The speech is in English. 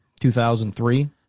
2003